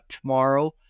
tomorrow